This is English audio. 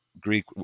Greek